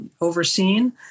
overseen